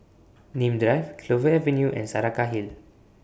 Nim Drive Clover Avenue and Saraca Hill